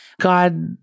God